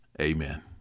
Amen